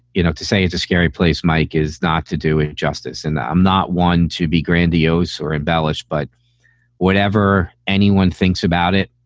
you know, to say it's a scary place, mike, is not to do it justice. and i'm not one to be grandiose or embellish, but whatever anyone thinks about it,